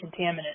contaminant